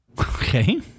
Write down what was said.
Okay